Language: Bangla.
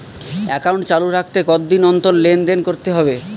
একাউন্ট চালু রাখতে কতদিন অন্তর লেনদেন করতে হবে?